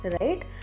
right